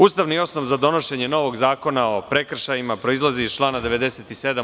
Ustavni osnov za donošenje novog zakona o prekršajima proizilazi iz člana 97.